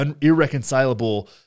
irreconcilable